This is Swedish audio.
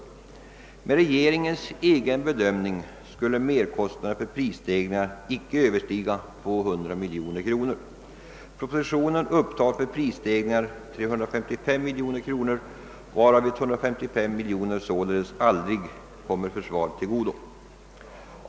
Med regeringens egen bedömning skulle merkostnaderna för prisstegringarna inte överstiga 200 miljoner kronor. Propositionen upptar för prisstegringar 355 miljoner, varav 155 miljoner således aldrig skulle komma försvaret till godo.